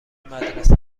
مدرسه